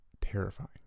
terrifying